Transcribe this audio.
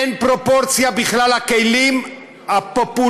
אין פרופורציה בכלל לכלים הפופוליסטיים